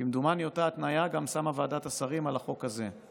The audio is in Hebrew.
כמדומני שאותה התניה גם שמה ועדת השרים על החוק הזה.